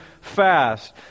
fast